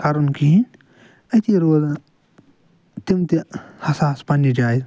کَرُن کہیٖنٛۍ أتی روزَن تِم تہِ حساس پنٕنۍ جایہِ